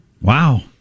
wow